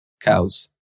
cows